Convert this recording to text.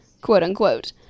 quote-unquote